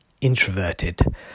introverted